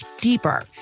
deeper